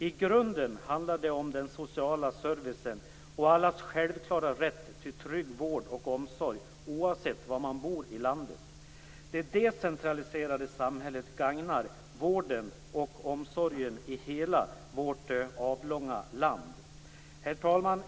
I grunden handlar det om den sociala servicen och allas självklara rätt till trygg vård och omsorg oavsett var i landet man bor. Det decentraliserade samhället gagnar vården och omsorgen i hela vårt avlånga land. Herr talman!